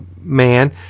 Man